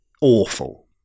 awful